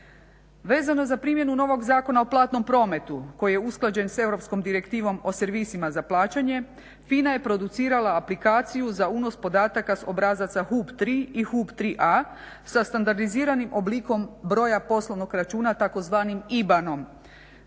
Vezano za primjenu novog Zakona o platnom prometu koji je usklađen s Europskom Direktivom o servisima za plaćanje FINA je producirala aplikaciju za unos podataka s obrazaca HUP 3 i HUP 3A sa standardiziranim oblikom broja poslovnog računa, tzv. IBAN-om